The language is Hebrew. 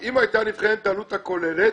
אם הייתה נבחנת העלות הכוללת,